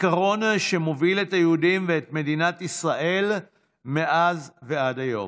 עיקרון שמוביל את היהודים ואת מדינת ישראל מאז ועד היום.